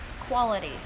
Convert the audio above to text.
quality